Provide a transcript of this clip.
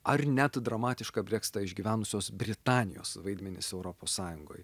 ar net dramatišką breksitą išgyvenusios britanijos vaidmenis europos sąjungoj